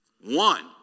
one